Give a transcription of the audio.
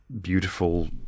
beautiful